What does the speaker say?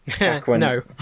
No